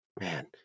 man